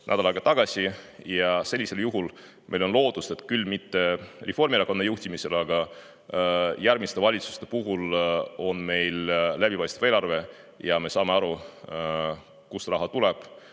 nädal aega tagasi. Sellisel juhul on meil lootust, et küll mitte Reformierakonna juhtimisel, aga järgmiste valitsuste puhul on meil läbipaistev eelarve ning me saame aru, kust raha tuleb